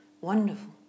wonderful